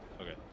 Okay